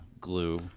glue